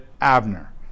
Abner